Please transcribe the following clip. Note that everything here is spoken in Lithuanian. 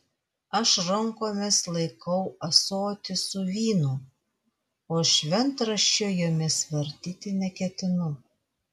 aš rankomis laikau ąsotį su vynu o šventraščio jomis vartyti neketinu